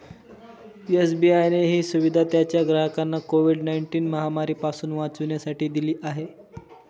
SBI ने ही सुविधा त्याच्या ग्राहकांना कोविड नाईनटिन महामारी पासून वाचण्यासाठी दिली आहे